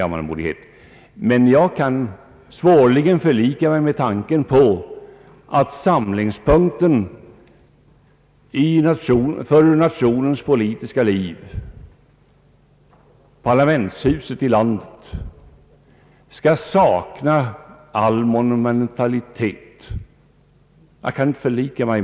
Jag kan emellertid svårligen förlika mig med tanken på att samlingspunkten för nationens politiska liv, parlamentshuset i landet, skall sakna all monumentalitet.